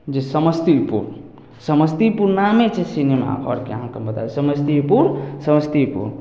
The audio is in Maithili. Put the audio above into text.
जे समस्तीपुर समस्तीपुर नामे छै सिनेमाघर अहाँके हम बता दै छी समस्तीपुर समस्तीपुर